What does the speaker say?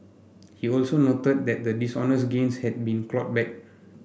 he also noted that the dishonest gains had been clawed back